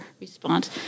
response